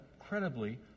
incredibly